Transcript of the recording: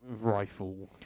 rifle